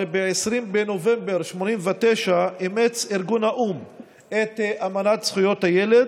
הרי ב-20 בנובמבר 1989 אימץ ארגון האו"ם את אמנת זכויות הילד,